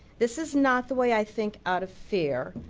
this is not the way i think out of fear.